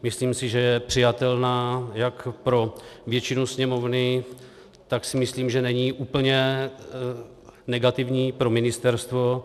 Myslím si, že je přijatelná jak pro většinu Sněmovny, tak si myslím, že není úplně negativní pro ministerstvo.